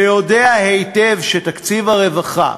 והוא יודע היטב שתקציב הרווחה,